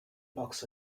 bucks